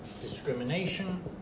discrimination